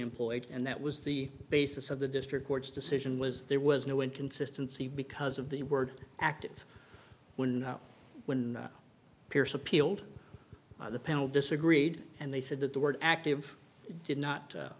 employed and that was the basis of the district court's decision was there was no inconsistency because of the word active when when pearce appealed the panel disagreed and they said that the word active did not